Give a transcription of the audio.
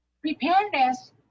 preparedness